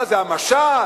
מה זה, המשט?